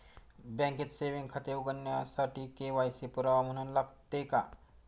बँकेत सेविंग खाते उघडण्यासाठी के.वाय.सी पुरावा म्हणून लागते का?